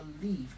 believe